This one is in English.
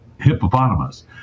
hippopotamus